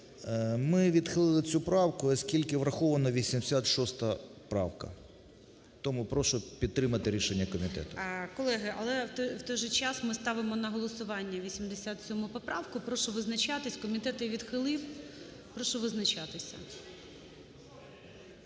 Ми відхилили цю правку, оскільки врахована 86 правка. Тому прошу підтримати рішення комітету. ГОЛОВУЮЧИЙ. Колеги, але в той же час ми ставимо на голосування 87 поправку. Прошу визначатись. Комітет її відхилив. Прошу визначатися.